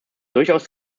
durchaus